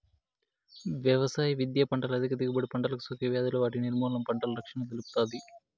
వ్యవసాయ విద్య పంటల అధిక దిగుబడి, పంటలకు సోకే వ్యాధులు వాటి నిర్మూలన, పంటల రక్షణను తెలుపుతాది